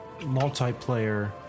multiplayer